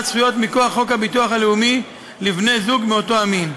זכויות מכוח חוק הביטוח הלאומי לבני-זוג מאותו המין.